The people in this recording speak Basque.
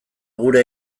gure